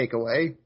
takeaway